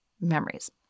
memories